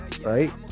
right